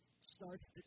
starts